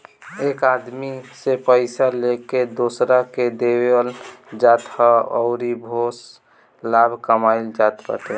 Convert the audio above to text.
एक आदमी से पइया लेके दोसरा के देवल जात ह अउरी ओसे लाभ कमाइल जात बाटे